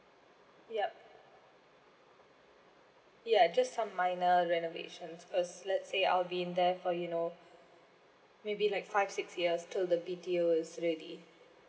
yup ya just some minor renovation cause let's say I'll be there for you know maybe like five six years till the B_T_O is ready